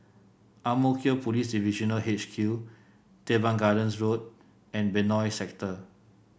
Ang Mo Kio Police Divisional H Q Teban Gardens Road and Benoi Sector